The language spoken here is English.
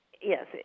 Yes